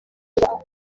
ngo